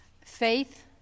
Faith